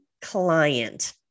client